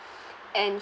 and